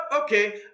okay